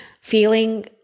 feeling